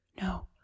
no